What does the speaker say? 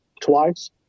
twice